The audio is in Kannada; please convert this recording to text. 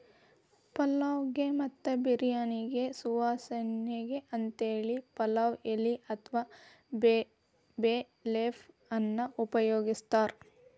ಪಲಾವ್ ಗೆ ಮತ್ತ ಬಿರ್ಯಾನಿಗೆ ಸುವಾಸನಿಗೆ ಅಂತೇಳಿ ಪಲಾವ್ ಎಲಿ ಅತ್ವಾ ಬೇ ಲೇಫ್ ಅನ್ನ ಉಪಯೋಗಸ್ತಾರ